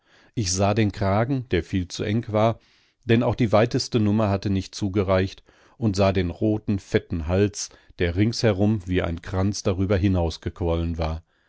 ich sah den kragen der viel zu eng war denn auch die weiteste nummer hatte nicht zugereicht und sah den roten fetten hals der ringsherum wie ein kranz darüber hinausgequollen war